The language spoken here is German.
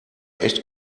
echt